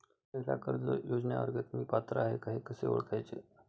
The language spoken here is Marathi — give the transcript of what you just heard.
महिला कर्ज योजनेअंतर्गत मी पात्र आहे का कसे ओळखायचे?